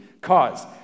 cause